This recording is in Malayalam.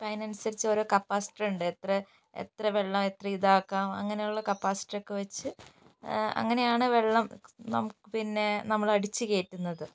അപ്പം അതിനനുസരിച്ച് ഓരോ കപ്പാസിറ്ററുണ്ട് എത്ര എത്ര വെള്ളം എത്ര ഇതാക്കാം അങ്ങനെയുള്ള കപ്പാസിറ്ററൊക്കെ വച്ച് അങ്ങനെയാണ് വെള്ളം നാം പിന്നെ നമ്മൾ അടിച്ച് കയറ്റുന്നത്